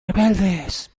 rebeldes